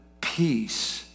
peace